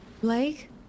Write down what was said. Blake